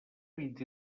vint